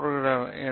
7 என்று கூறுகிறார்